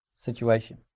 situation